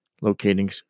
Locating